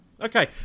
Okay